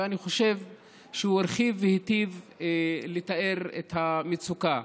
ואני חושב שהוא הרחיב והיטיב לתאר את המצוקה.